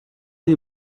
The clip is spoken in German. dir